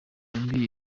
yambwiye